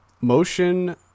Motion